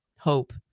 hope